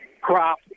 crop